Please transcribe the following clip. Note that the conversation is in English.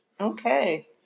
okay